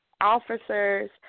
officers